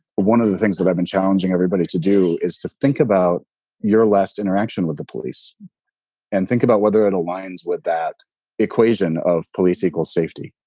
one of the things that i've been challenging everybody to do is to think about your last interaction with the police and think about whether it aligns with that equation of police equals safety.